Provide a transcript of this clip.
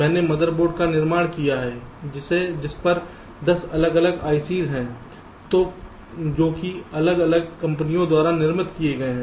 मैंने मदरबोर्ड का निर्माण किया है जिस पर 10 अलग अलग आईसी हैं जो कि अलग अलग कंपनियों द्वारा निर्मित किए जा सकते हैं